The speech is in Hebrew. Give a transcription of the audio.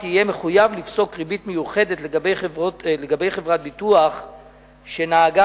יהיה מחויב לפסוק ריבית מיוחדת לחברת ביטוח שנהגה